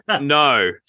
no